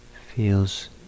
feels